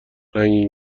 رنگین